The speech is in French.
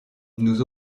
nous